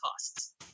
costs